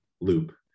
loop